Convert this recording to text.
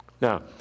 Now